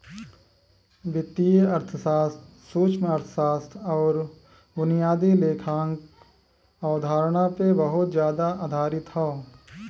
वित्तीय अर्थशास्त्र सूक्ष्मअर्थशास्त्र आउर बुनियादी लेखांकन अवधारणा पे बहुत जादा आधारित हौ